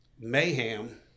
mayhem